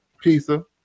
pizza